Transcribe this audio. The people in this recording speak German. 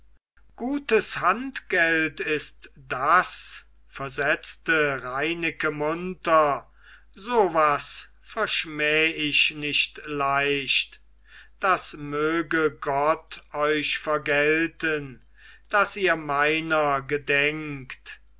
gutes handgeld ist das versetzte reineke munter so was verschmäh ich nicht leicht das möge gott euch vergelten daß ihr meiner gedenkt